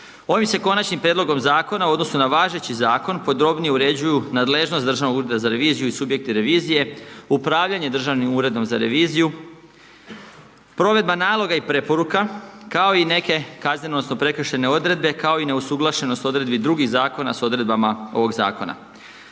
Ovim se konačnim prijedlogom zakona u odnosu na važeći zakon, podrobnije uređuje nadležnost Državnog ureda za reviziju i subjekte revizije upravljanjem Državnim uredom za reviziju, provedba naloga i preporuka, kao i neke kazneno, odnosno, prekršajne odredbe, kao i neusuglašenost odredbe drugih zakona s odredbama ovog zakona.